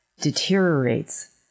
deteriorates